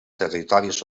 territoris